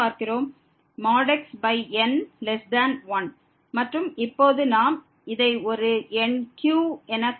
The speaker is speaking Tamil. xN1 மற்றும் இப்போது நாம் இதை ஒரு எண் q என்று கருதினால்